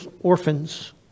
orphans